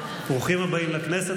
ברוכים הבאים לכנסת.